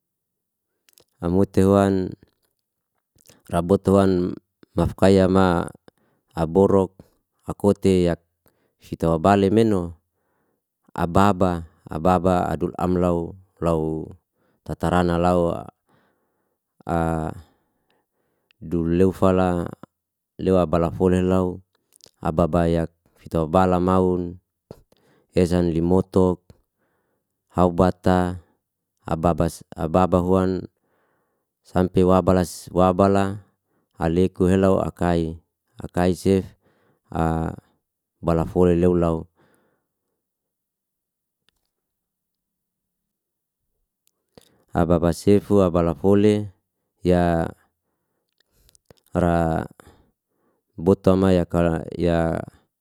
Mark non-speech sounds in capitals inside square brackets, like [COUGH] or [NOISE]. Am ote huan rabot huan mafkai yama aborok, akote yak hituawa bale meno. Ababa, ababa [HESITATION] adul am lau [HESITATION] tatarana lau [HESITATION] duleu fala lewa bala fole lau ababayak fita abala maun, esan limotok, aubata, ababas [HESITATION] ababa huan sampe wabalas wabala ale kuhelao akai, akai sef [HESITATION] bala foli leula. Ababa sefu ababa fole ya ra butoma ya ka ra ya.